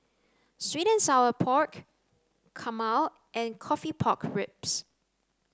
sweet and sour pork Kurma and coffee pork ribs